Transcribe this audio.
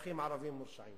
אזרחים ערבים מורשעים